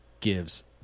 gives